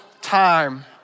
time